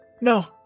No